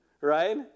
right